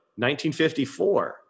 1954